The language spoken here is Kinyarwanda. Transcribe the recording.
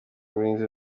ubuhinzi